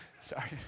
sorry